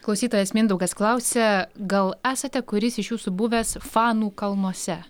klausytojas mindaugas klausia gal esate kuris iš jūsų buvęs fanų kalnuose